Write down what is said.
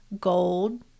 gold